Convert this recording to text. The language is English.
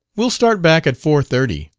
we'll start back at four-thirty,